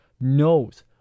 knows